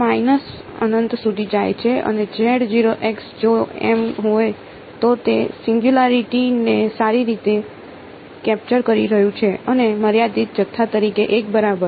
તે માઈનસ અનંત સુધી જાય છે અને જો એમ હોય તો તે સિંગયુંલારીટી ને સારી રીતે કેપ્ચર કરી રહ્યું છે અને મર્યાદિત જથ્થા તરીકે 1 બરાબર